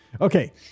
Okay